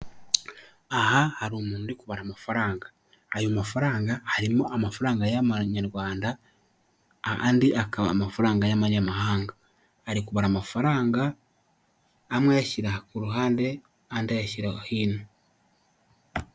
Aha hari umuntu uri kubara amafaranga, ayo mafaranga harimo amafaranga y'amanyarwanda, andi akaba amafaranga y'amanyamahanga, ari kubara amafaranga amwe ayashyira ku ruhande andi ayashyira hino.